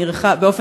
בכנסת,